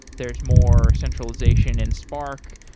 there's more centralization in spark.